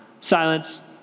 Silence